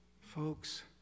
Folks